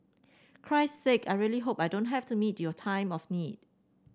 Christ sake I really hope I don't have to meet your time of need